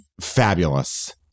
Fabulous